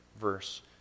verse